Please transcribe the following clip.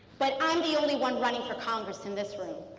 but i am the only one running for congress in this room.